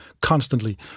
constantly